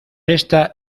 esta